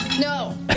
no